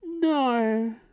no